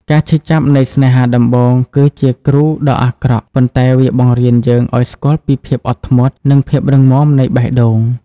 ការឈឺចាប់នៃស្នេហាដំបូងគឺជា "គ្រូដ៏អាក្រក់" ប៉ុន្តែវាបង្រៀនយើងឱ្យស្គាល់ពីភាពអត់ធ្មត់ និងភាពរឹងមាំនៃបេះដូង។